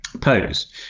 pose